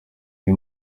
ari